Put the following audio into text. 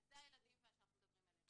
אז אלה הילדים שאנחנו מדברים עליהם.